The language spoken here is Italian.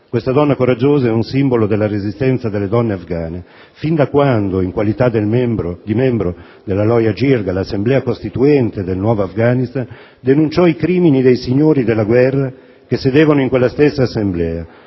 Questa donna coraggiosa è un simbolo della resistenza delle donne afghane, fin da quando, in qualità di membro della Loya Jirga (l'Assemblea costituente del «nuovo Afghanistan»), denunciò i crimini dei signori della guerra che sedevano in quella stessa Assemblea.